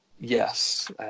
Yes